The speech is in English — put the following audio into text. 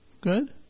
good